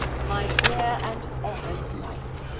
my dear and honored wife,